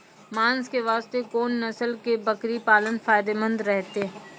मांस के वास्ते कोंन नस्ल के बकरी पालना फायदे मंद रहतै?